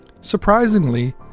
Surprisingly